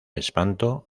espanto